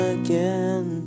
again